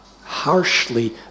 harshly